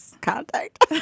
contact